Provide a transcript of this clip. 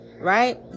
right